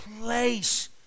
place